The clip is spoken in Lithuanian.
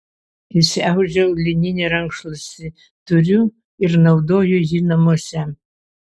išsiaudžiau lininį rankšluostį turiu ir naudoju jį namuose